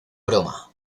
broma